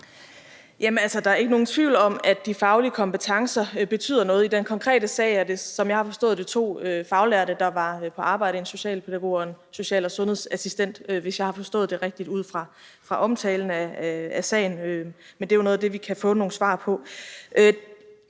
der er ikke nogen tvivl om, at de faglige kompetencer betyder noget. I den konkrete sag var det to faglærte, der var på arbejde, en socialpædagog og en social- og sundhedsassistent, hvis jeg har forstået det rigtigt ud fra omtalen af sagen – men det er jo noget af det, vi kan få nogle svar på.